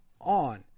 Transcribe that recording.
on